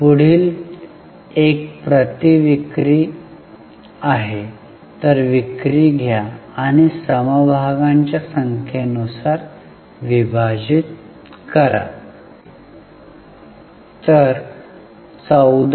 पुढील एक प्रति विक्री आहे तर विक्री घ्या आणि समभागांच्या संख्ये नुसार विभाजित करा